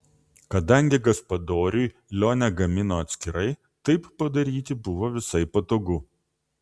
kadangi gaspadoriui lionė gamino atskirai taip padaryti buvo visai patogu